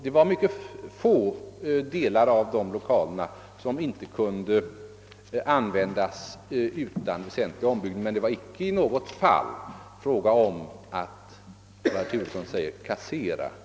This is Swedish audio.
Det var mycket få delar av dessa lokaler som kunde användas utan väsentliga ombyggnader och det var icke i något fall fråga om att, såsom herr Turesson säger, kassera dem.